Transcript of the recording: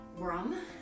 Rum